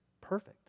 perfect